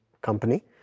company